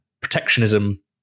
protectionism